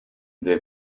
the